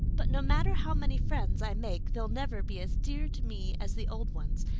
but no matter how many friends i make they'll never be as dear to me as the old ones.